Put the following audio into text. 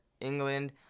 England